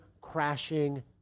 crashing